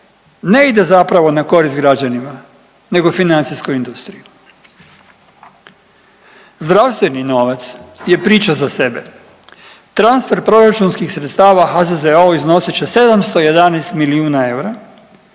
ne ide zapravo na korist građanima nego financijskoj industriji. Zdravstveni novac je priča za sebe. Transfer proračunskih sredstava HZZO-a iznosi će 711 milijuna eura